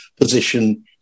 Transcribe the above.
position